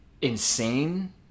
insane